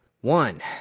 One